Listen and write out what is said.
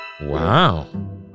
Wow